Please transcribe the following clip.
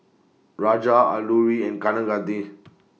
Raja Alluri and Kaneganti